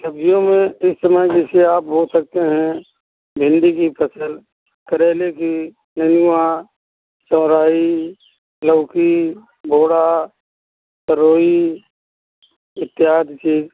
सब्ज़ियों में इस समय जैसे आप बो सकते हैं भिंडी की फ़सल करेले की नेनुआ तोरई लौकी बोरा तरोई इत्यादि चीज़